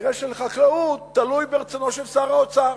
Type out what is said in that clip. במקרה של חקלאות, תלוי ברצונו של שר האוצר.